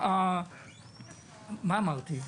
מה אמרתי?